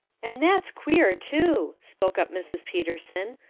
and that's queer, too, spoke up mrs. peterson.